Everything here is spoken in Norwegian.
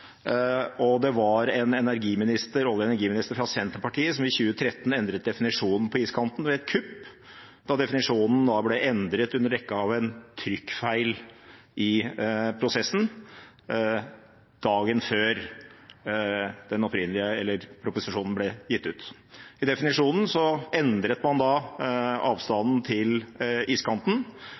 Og det var en olje- og energiminister fra Senterpartiet som i 2013 endret definisjonen på iskanten ved et kupp – da definisjonen ble endret under dekke av en trykkfeil i prosessen dagen før proposisjonen ble gitt ut. I definisjonen endret man avstanden til iskanten